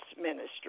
ministry